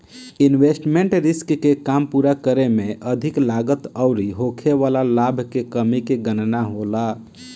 investment risk के काम पूरा करे में अधिक लागत अउरी होखे वाला लाभ के कमी के गणना होला